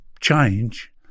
change